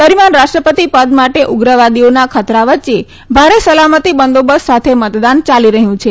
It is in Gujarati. દરમ્યાન રાષ્ટ્રપતિ પદ માટે ઉગ્રવાદીઓના ખતરા વચ્ચે ભારે સલામતી બંદોબસ્ત સાથે મતદાન ચાલી રહયું છે